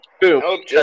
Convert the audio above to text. Boom